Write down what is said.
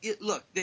look